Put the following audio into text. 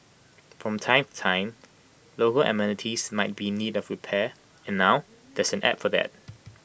from time to time local amenities might be in need of repair and now there's an app for that